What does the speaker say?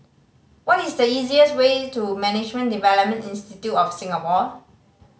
what is the easiest way to Management Development Institute of Singapore